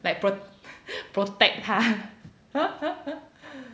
like protect 它